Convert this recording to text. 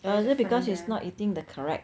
other because he's not eating the correct